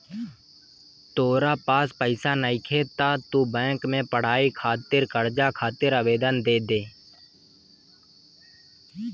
तोरा पास पइसा नइखे त तू बैंक में पढ़ाई खातिर कर्ज खातिर आवेदन दे दे